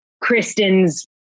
Kristen's